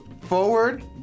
forward